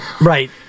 Right